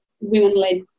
women-led